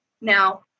Now